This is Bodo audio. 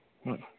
मा